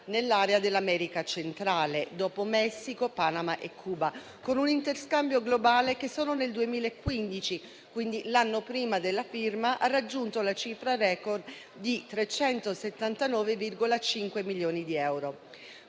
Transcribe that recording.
nell’area dell’America centrale dopo Messico, Panama e Cuba, con un interscambio globale che solo nel 2015, quindi l’anno prima della firma, ha raggiunto la cifra record di 379,5 milioni di euro.